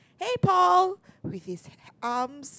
hey pal with his arms